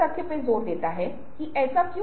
उदाहरण के लिए आकार देनाशेपिंग Shaping कहां है